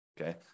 Okay